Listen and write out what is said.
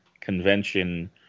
convention